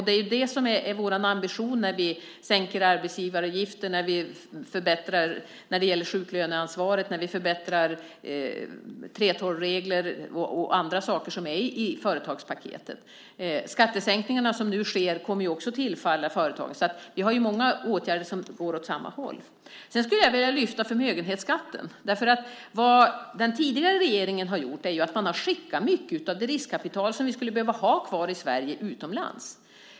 Det är det som är vår ambition när vi sänker arbetsgivaravgiften, när vi förbättrar i fråga om sjuklöneansvaret och när vi förbättrar 3:12-regler och annat i företagspaketet. De skattesänkningar som nu sker kommer också att tillfalla företagen. Vi vidtar alltså många åtgärder som går åt samma håll. Jag skulle vilja lyfta fram förmögenhetsskatten. Den tidigare regeringen har skickat mycket av det riskkapital som vi skulle behöva ha kvar i Sverige utomlands.